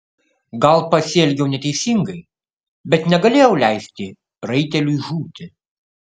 gal pasielgiau neteisingai bet negalėjau leisti raiteliui žūti